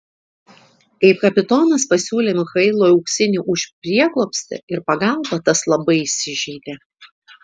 kai kapitonas pasiūlė michailui auksinį už prieglobstį ir pagalbą tas labai įsižeidė